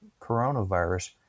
coronavirus